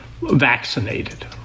vaccinated